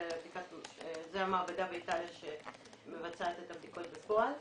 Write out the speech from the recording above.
זו המעבדה באיטליה שמבצעת את הבדיקות בפועל.